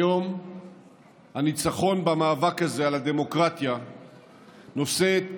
היום הניצחון במאבק הזה על הדמוקרטיה נושא את פירותיו,